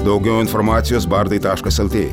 daugiau informacijos bardai taškas el t